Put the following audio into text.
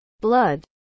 blood